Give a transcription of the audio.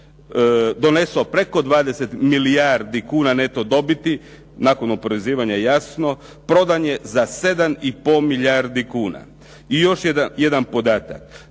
donesao preko 20 milijardi kuna neto dobiti, nakon oporezivanja jasno, prodan je za 7,5 milijardi kuna. I još jedan podatak.